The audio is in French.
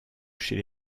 chez